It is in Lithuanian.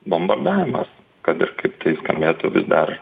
bombardavimas kad ir kaip tai skambėtų vis dar